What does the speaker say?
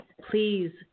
please